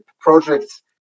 projects